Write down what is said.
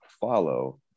follow